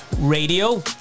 Radio